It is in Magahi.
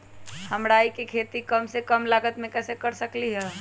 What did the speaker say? हम राई के खेती कम से कम लागत में कैसे कर सकली ह?